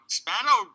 spano